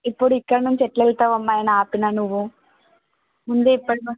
ఇప్పుడు ఇక్కడ నుంచి ఎలా వెళ్తావు అమ్మా ఆపినా నువ్వు ముందు ఇప్పడు